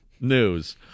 news